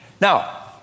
Now